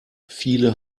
viele